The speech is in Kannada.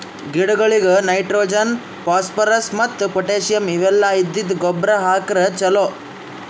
ಗಿಡಗೊಳಿಗ್ ನೈಟ್ರೋಜನ್, ಫೋಸ್ಫೋರಸ್ ಮತ್ತ್ ಪೊಟ್ಟ್ಯಾಸಿಯಂ ಇವೆಲ್ಲ ಇದ್ದಿದ್ದ್ ಗೊಬ್ಬರ್ ಹಾಕ್ರ್ ಛಲೋ